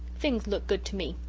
things look good to me.